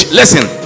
listen